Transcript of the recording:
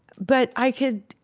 but i could,